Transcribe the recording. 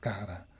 Cara